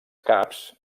caps